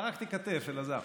פרקתי כתף, אלעזר: